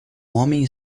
homem